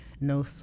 no